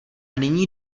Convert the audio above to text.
nyní